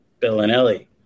Bellinelli